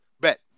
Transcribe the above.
Bet